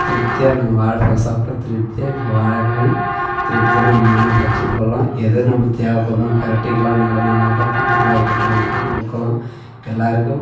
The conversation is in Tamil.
திருப்தியாக நாங்கள் வாழைப்பழம் சாப்பிட்டு திருப்தியாக இப்போ வாழைக்காயும் திருப்தியாக நம்ம மானு பஜ்ஜி போடலாம் எதை நம்ம தேவைப்படுதுனா புரட்டிக்கலாம் நல்ல நாள் அதுவும் பக்கத்தில் அக்கத்தில் இருக்கிறவுங்களுக்கும் கொடுக்கலாம் எல்லாேருக்கும்